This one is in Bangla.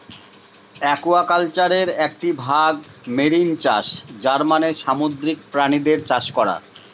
একুয়াকালচারের একটি ভাগ মেরিন চাষ যার মানে সামুদ্রিক প্রাণীদের চাষ করা